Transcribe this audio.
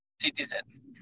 citizens